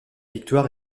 victoires